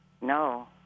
No